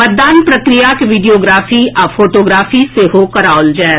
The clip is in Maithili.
मतदान प्रक्रियाक वीडियोग्राफी आ फोटोग्राफी सेहो कराओल जायत